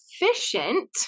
efficient